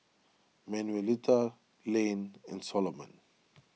Manuelita Layne and Solomon